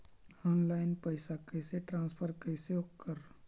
Online पैसा कैसे transfer कैसे कर?